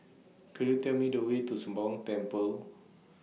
Could YOU Tell Me The Way to Sembawang Temple